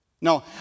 No